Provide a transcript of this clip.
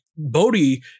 Bodhi